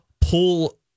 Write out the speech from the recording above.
pull